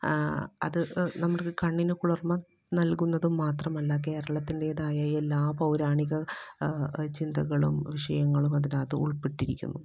അത് നമ്മുടെ കണ്ണിന് കുളിർമ്മ നല്കുന്നതും മാത്രമല്ല കേരളത്തിന്റെതായ എല്ലാ പൗരാണിക ചിന്തകളും വിഷയങ്ങളും അതിനകത്ത് ഉള്പ്പെട്ടിരിക്കുന്നു